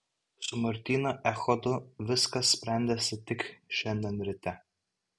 su martynu echodu viskas sprendėsi tik šiandien ryte